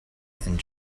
and